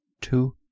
two